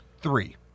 three